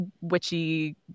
witchy